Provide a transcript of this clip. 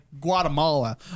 Guatemala